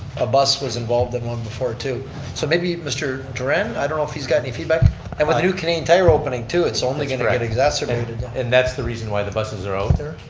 a bus was involved in one before too so maybe mr. duran, i don't know if he's got any feedback and with the new canadian tire opening too, it's only going to get exacerbated. and that's the reason why the buses are out there.